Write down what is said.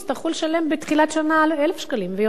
לשלם בתחילת השנה 1,000 שקלים ויותר.